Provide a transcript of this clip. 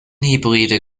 hybride